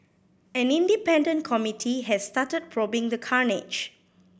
an independent committee has started probing the carnage